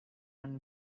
when